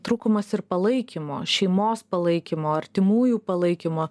trūkumas ir palaikymo šeimos palaikymo artimųjų palaikymo